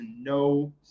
no